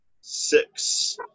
six